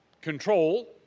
control